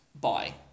bye